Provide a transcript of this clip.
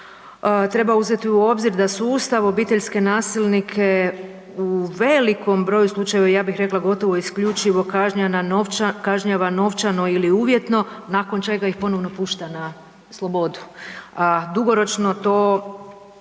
treba uzeti u obzir da su Ustav obiteljske nasilnike u velikom broju slučajeva, ja bih rekla, gotovo isključivo kažnjavan novčano ili uvjetno nakon čega ih ponovno pušta na slobodu. A dugoročno to